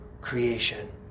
creation